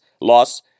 loss